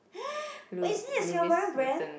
but isn't it a Singaporean brand